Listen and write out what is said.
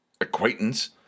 acquaintance